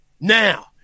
Now